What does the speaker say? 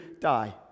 die